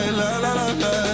la-la-la-la